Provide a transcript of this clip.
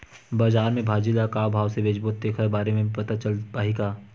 बजार में भाजी ल का भाव से बेचबो तेखर बारे में पता चल पाही का?